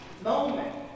Moment